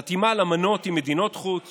חתימה על אמנות עם מדינות חוץ